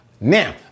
Now